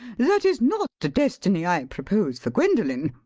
that is not the destiny i propose for gwendolen.